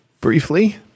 Briefly